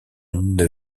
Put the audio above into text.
une